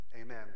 amen